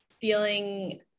feeling